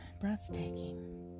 breathtaking